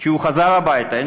כי הוא חזר הביתה.